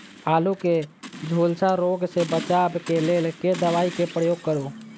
आलु केँ झुलसा रोग सऽ बचाब केँ लेल केँ दवा केँ प्रयोग करू?